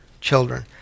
children